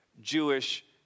Jewish